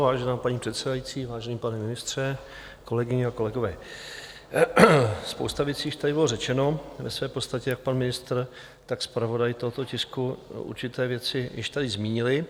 Vážená paní předsedající, vážený pane ministře, kolegyně a kolegové, spousta věcí již tady byla řečena, ve své podstatě jak pan ministr, tak zpravodaj tohoto tisku určité věci již tady zmínili.